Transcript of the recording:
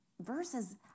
verses